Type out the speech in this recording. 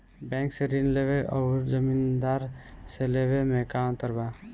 Bank से ऋण लेवे अउर जमींदार से लेवे मे का अंतर बा?